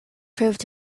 proved